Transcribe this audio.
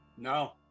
No